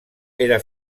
era